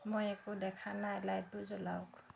মই একো দেখা নাই লাইটবোৰ জ্বলাওক